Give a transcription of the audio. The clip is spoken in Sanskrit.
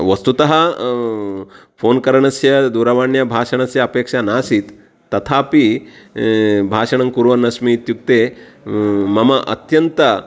वस्तुतः फ़ोन् करणस्य दूरवाण्या भाषणस्य अपेक्षा नासीत् तथापि भाषणं कुर्वन् अस्मि इत्युक्ते मम अत्यन्त